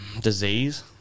disease